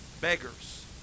beggars